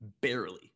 barely